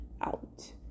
out